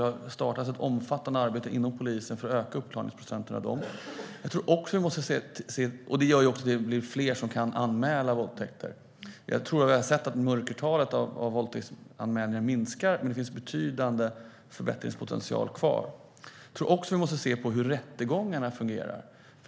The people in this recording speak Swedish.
Det har startats ett omfattande arbete inom polisen för att öka uppklaringsprocenten av de brotten. Det gör också att fler kan anmäla våldtäkter. Vi har sett att mörkertalet för våldtäktsanmälningar minskar, men det finns en betydande förbättringspotential kvar. Jag tror att vi också måste se på hur rättegångarna fungerar.